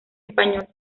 español